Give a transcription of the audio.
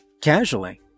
casually